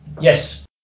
Yes